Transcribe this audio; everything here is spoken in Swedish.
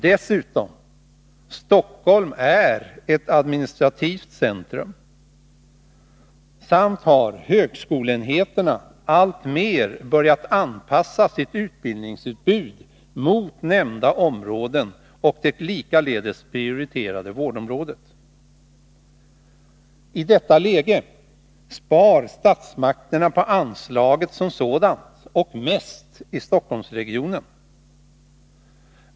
Dessutom är Stockholm ett administrativt centrum. Vidare har högskoleenheterna alltmer börjat anpassa sitt utbildningsutbud mot nämnda områden och mot det likaledes prioriterade vårdområdet. I detta läge spar statsmakterna på anslaget som sådant, och mest i Stockholmsregionen.